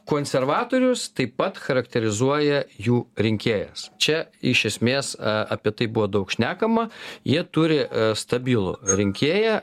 konservatorius taip pat charakterizuoja jų rinkėjas čia iš esmės apie tai buvo daug šnekama jie turi stabilų rinkėją